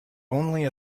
only